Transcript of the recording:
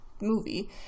movie